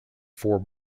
four